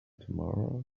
tomorrow